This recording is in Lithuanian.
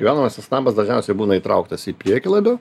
gyvenamasis namas dažniausiai būna įtrauktas į priekį labiau